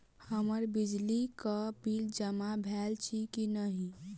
हम्मर बिजली कऽ बिल जमा भेल अछि की नहि?